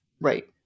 Right